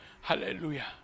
Hallelujah